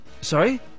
Sorry